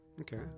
Okay